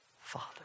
Father